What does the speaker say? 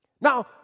Now